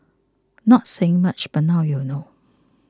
not saying much but now you know